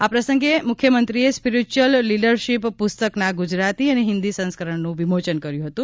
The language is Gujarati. આ પ્રસંગે મુખ્યમંત્રીએ સ્પિરીચ્યુઅલ લીડરશીપ પુસ્તકના ગુજરાતી અને હિન્દી સંસ્કરણનું વિમોચન કર્યું હતું